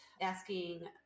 asking